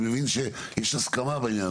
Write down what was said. אני מבין שיש הסכמה בעניין,